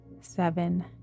seven